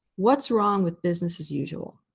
what's wrong with business as usual?